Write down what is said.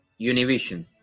Univision